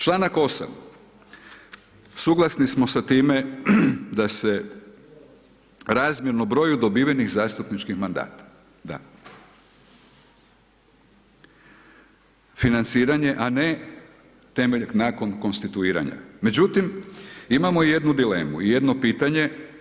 Članak 8. suglasni smo sa time da se razmjerno broju dobivenih zastupničkih mandata, da, financiranje a ne temelj nakon konstituiranja, međutim imamo i jednu dilemu i jedno pitanje.